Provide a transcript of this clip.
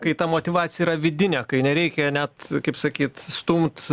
kai ta motyvacija yra vidinė kai nereikia net kaip sakyt stumt